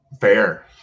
Fair